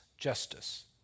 Justice